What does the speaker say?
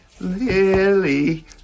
Lily